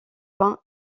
pin